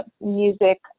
music